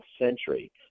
century